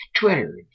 Twitter